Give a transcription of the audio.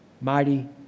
Mighty